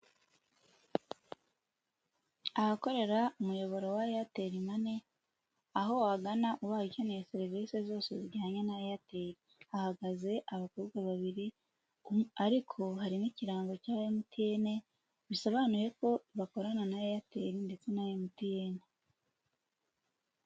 Ahakorera umuyoboro wa Ayateri mani, aho wagana ubaye ukeneye serivisi zose zijyanye na Eyateri. Hahagaze abakobwa babiri ariko hari n'ikirango cya MTN, bisobanuye ko bakorana na Eyateri ndetse na MTN.